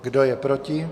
Kdo je proti?